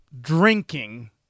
drinking